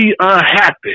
unhappy